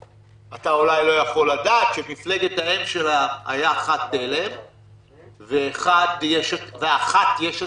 אתה אולי לא יכול לדעת שמפלגת האם של אחת הייתה תל"ם ושל אחת יש עתיד,